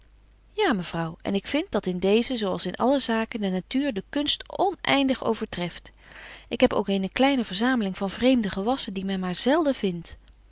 ja mevrouw en ik vind dat in deezen zo als in alle zaken de natuur de betje wolff en aagje deken historie van mejuffrouw sara burgerhart kunst onëindig overtreft ik heb ook eene kleine verzameling van vreemde gewassen die men maar zelden vindt